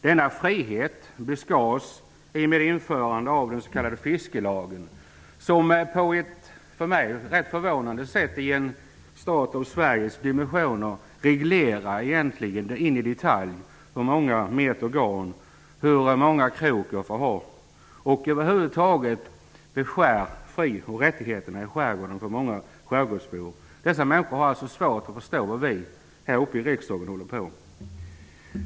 På ett för mig ganska förvånande sätt i en stat av Sveriges dimensioner reglerar den in i detalj hur många meter garn och hur många krok jag får ha. Den beskär över huvud taget fri och rättigheterna i skärgården för många skärgårdsbor. Dessa människor har svårt att förstå vad vi håller på med här i riksdagen.